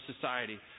society